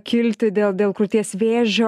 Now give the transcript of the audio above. kilti dėl dėl krūties vėžio